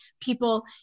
people